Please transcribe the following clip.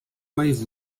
mais